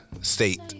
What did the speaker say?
state